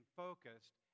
focused